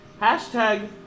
Hashtag